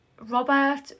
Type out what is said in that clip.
Robert